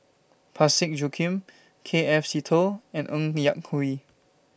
Parsick Joaquim K F Seetoh and Ng Yak Whee